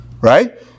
Right